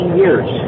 years